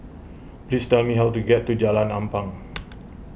please tell me how to get to Jalan Ampang